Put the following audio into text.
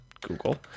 Google